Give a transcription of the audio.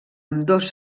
ambdós